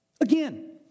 Again